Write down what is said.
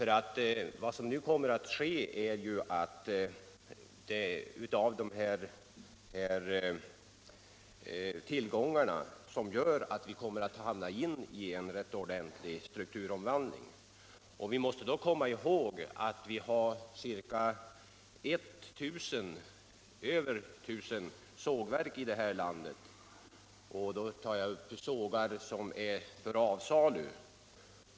Jag vill understryka vad jag tidigare anfört, att vi ju är på väg in i en rätt ordentlig strukturomvandling, och vi måste då komma ihåg att det finns över tusen sågverk här i landet — det gäller sågar som är för avsalu.